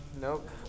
nope